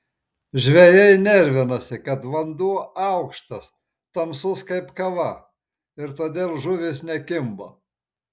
žvejai nervinasi kad vanduo aukštas tamsus kaip kava ir todėl žuvys nekimba